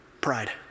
Pride